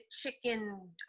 chicken